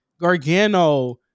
Gargano